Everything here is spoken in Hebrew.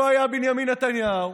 היה היה בנימין נתניהו,